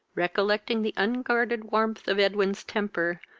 recollecting the unguarded warmth of edwin's temper,